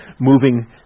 moving